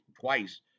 twice